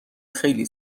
خیلی